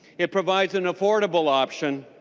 it provides an affordable option.